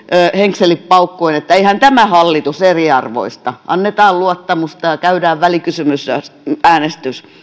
henkselit paukkuen että eihän tämä hallitus eriarvoista annetaan luottamusta ja ja käydään välikysymysäänestys